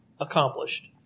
accomplished